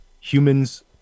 humans